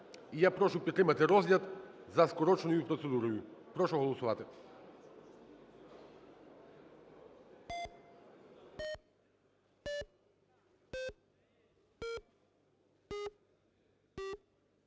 я прошу підтримати розгляд за скороченою процедурою. Прошу голосувати.